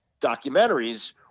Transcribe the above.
documentaries